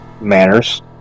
manners